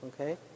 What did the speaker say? Okay